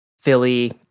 philly